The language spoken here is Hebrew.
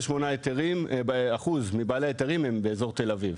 ו-28% מבעלי ההיתרים הם באזור תל אביב.